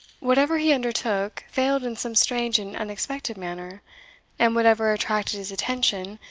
whatever he undertook, failed in some strange and unexpected manner and whatever attracted his attention,